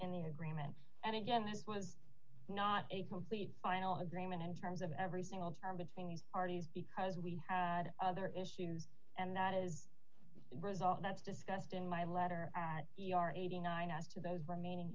any agreement and again this was not a complete final agreement in terms of every single hour between these parties because we had other issues and that is a result that's discussed in my letter at b r eighty nine as to those remaining